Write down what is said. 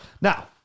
now